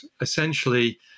essentially